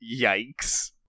yikes